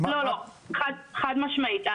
חד משמעית.